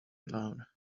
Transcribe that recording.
alone